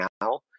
now